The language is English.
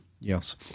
Yes